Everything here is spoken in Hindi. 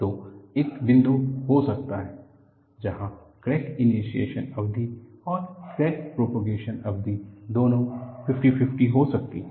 तो एक बिंदु हो सकता है जहां क्रैक इनीसीएसन अवधि और क्रैक प्रॉपगेसन अवधि दोनों फिफ्टी फिफ्टी हो सकती हैं